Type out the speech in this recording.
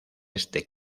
este